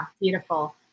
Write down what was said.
Beautiful